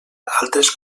altres